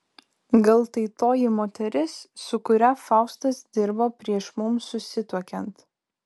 gal tai toji moteris su kuria faustas dirbo prieš mums susituokiant